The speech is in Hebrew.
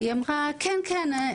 היא אמרה: כן, כן.